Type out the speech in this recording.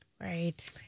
Right